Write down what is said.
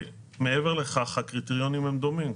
מעבר לכך, הקריטריונים דומים.